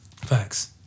Facts